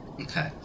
okay